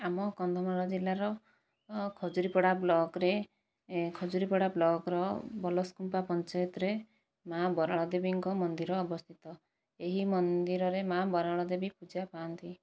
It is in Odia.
ଆମ କନ୍ଧମାଳ ଜିଲ୍ଲାର ଖଜୁରିପଡା ବ୍ଲକରେ ଖଜୁରିପଡା ବ୍ଲକର ବଲସକୁମ୍ପା ପଞ୍ଚାୟତରେ ମା' ବରାଳଦେବୀଙ୍କ ମନ୍ଦିର ଅବସ୍ଥିତ ଏହି ମନ୍ଦିରରେ ମା' ବରାଳଦେବୀ ପୂଜା ପାଆନ୍ତି